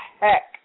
heck